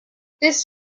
this